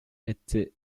étaient